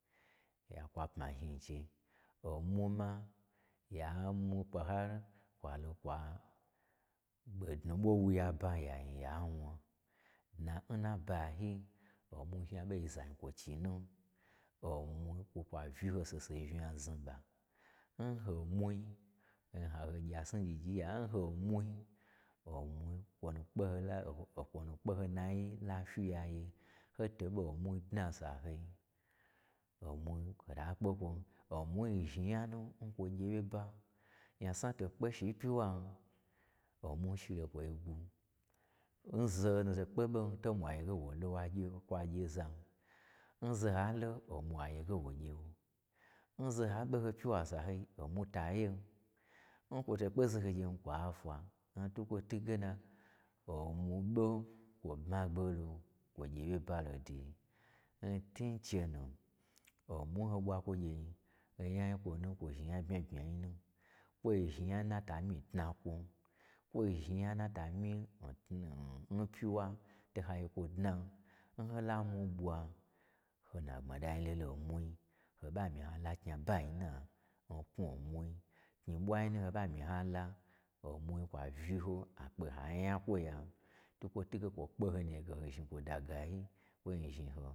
Ya kwu aema zhni n chei, omwu ma ya mwu ɓwa har kwalo kwa gbednu ɓwo wuya ba, ya nyiya wna, dna n nabayi omwu zhni aɓon gye zankwo chinu. Omwui kwo kwa vyiho saho saho yi unya znuɓa ho mwui boi zhni ha gye ha gyi asni gyigyi yiya, n ho mwui, omwui kwo nu kpe ho-okwo nu kpe ho nayi lafyiya ye. N ho toɓo n mwui n sahoi, omwui hota kpe kwo, omwui zhni nya nu n kwo gye wyeba nyasna to kpeshi n pyiwan, omwui shilo kwoi gwu, n zaho to kpe ɓon, to omwai yege wo lo wa gye, kwagye zan. Nzaha lo omwa yege wo gye wo, nzaha ɓe ho pyiwa nsahoi omwui tayen, n kwoto kpe zaho gyen kwa ta n twukwo twuge na omwu ɓo kwo dna ɓolo, kwo gye wyeba lo ndiyi, n tun nche nu omwui n ho ɓwakwo gye nyi onya yi n kwonu kwo zhni nya bmya bmya yi nu, kwo zni nya nu n nata myin tnakwon, kwo zhni nya nu n nata myi n-n-n pyiwa to hagye kwo dnan. N hola mwu ɓwaho n nagbmada lolo nmwi ho ɓa myi ha la knyibai na nknwud n mwui, knyi ɓwayi nun ho ɓa myi hala, omwui zhni kwa uyi ho, akpe ha nyakwoya n twukwo twuge kwo kpe ho nuyege ho zhni kwo dagayi.